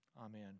Amen